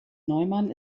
neumann